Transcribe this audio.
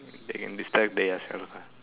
they can destruct their self ah